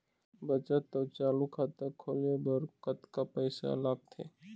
बचत अऊ चालू खाता खोले बर कतका पैसा लगथे?